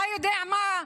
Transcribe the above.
אתה יודע מה,